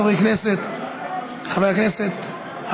אנחנו מוסיפים את חבר הכנסת נחמן שי,